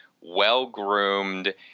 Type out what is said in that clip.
well-groomed –